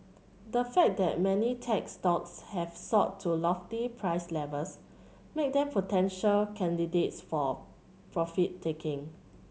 the fact that many tech stocks have soared to lofty price levels make them potential candidates for profit taking